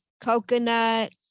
coconut